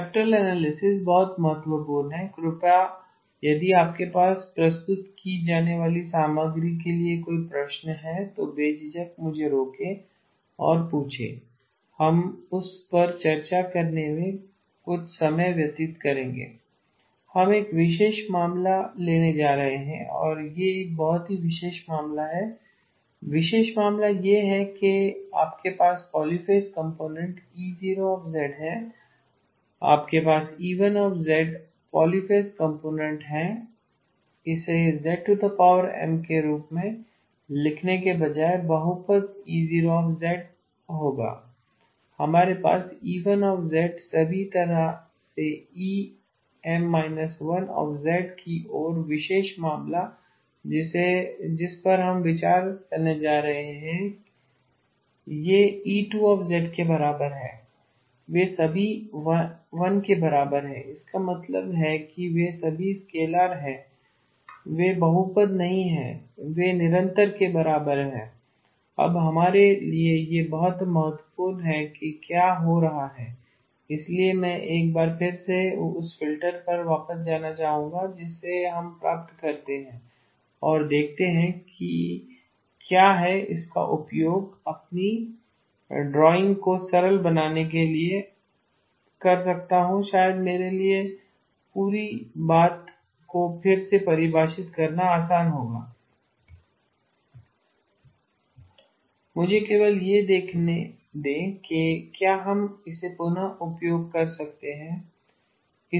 spectral analysis बहुत महत्वपूर्ण है कृपया यदि आपके पास प्रस्तुत की जाने वाली सामग्री के लिए कोई प्रश्न हैं तो बे झिझक मुझे रोकें और पूछें हम उस पर चर्चा करने में कुछ समय व्यतीत करेंगे हम एक विशेष मामला लेने जा रहे हैं और यह एक बहुत ही विशेष मामला है विशेष मामला यह है कि आपके पास पॉलिफ़ेज़ कंपोनेंट्स E0 हैं आपके पास E1 पॉलिफ़ेज़ कंपोनेंट्स हैं इसे zM के रूप में लिखने के बजाय बहुपद E0 होगा हमारे पास E1 सभी तरह से EM−1 की ओर विशेष मामला जिस पर हम विचार करने जा रहे हैं कि यह E2 के बराबर है वे सभी 1 के बराबर है इसका मतलब है कि वे सभी स्केलर हैं वे बहुपद नहीं हैं वे निरंतर के बराबर हैं अब हमारे लिए यह बहुत महत्वपूर्ण है कि क्या हो रहा है इसलिए मैं एक बार फिर से उस फिल्टर पर वापस जाना चाहूंगा जिसे हम प्राप्त करते हैं और देखते हैं कि क्या मैं इसका उपयोग अपनी ड्राइंग को सरल बनाने के लिए कर सकता हूं शायद मेरे लिए पूरी बात को फिर से परिभाषित करना आसान होगा मुझे केवल यह देखने दें कि क्या हम इसका पुन उपयोग कर सकते हैं